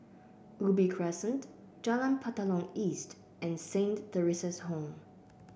Ubi Crescent Jalan Batalong East and Saint Theresa's Home